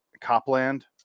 Copland